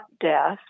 death